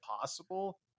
possible